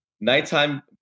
Nighttime